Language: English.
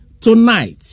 tonight